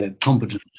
competent